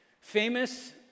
Famous